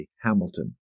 Hamilton